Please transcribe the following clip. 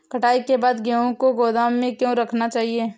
कटाई के बाद गेहूँ को गोदाम में क्यो रखना चाहिए?